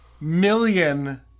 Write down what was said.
million